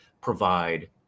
provide